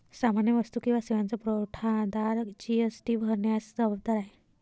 सामान्य वस्तू किंवा सेवांचा पुरवठादार जी.एस.टी भरण्यास जबाबदार आहे